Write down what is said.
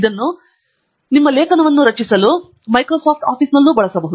ಇದನ್ನು ನಿಮ್ಮ ಲೇಖನವನ್ನು ರಚಿಸಲು Microsoft Office ನಲ್ಲಿ ಬಳಸಬಹುದು